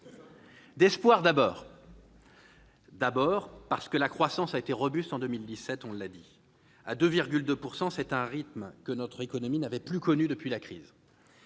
D'espoir d'abord, car la croissance a été robuste en 2017 : 2,2 %, c'est un rythme que notre économie n'avait plus connu depuis la crise.